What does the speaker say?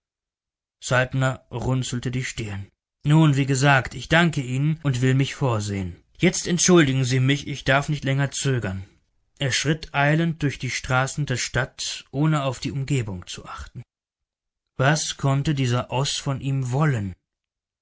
saltner runzelte die stirn nun wie gesagt ich danke ihnen und will mich vorsehen jetzt entschuldigen sie mich ich darf nicht länger zögern er schritt eilend durch die straßen der stadt ohne auf die umgebung zu achten was konnte dieser oß von ihm wollen